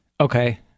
Okay